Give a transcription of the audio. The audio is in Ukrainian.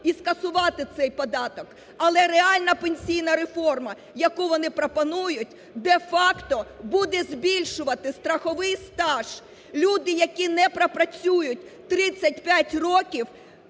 і скасувати цей податок. Але реальна пенсійна реформа, яку вони пропонують, де-факто буде збільшувати страховий стаж. Люди, які не пропрацюють 35 років